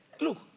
look